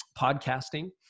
podcasting